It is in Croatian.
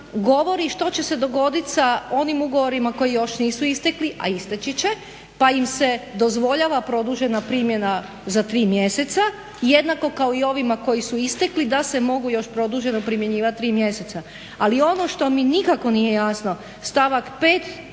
govori što će se dogoditi sa onim ugovorima koji još nisu istekli, a isteći će, pa im se dozvoljava produžena primjena za 3 mjeseca jednako kao i ovima koji su istekli da se mogu još produženo primjenjivati tri mjeseca. Ali ono što mi nikako nije jasno stavak 5.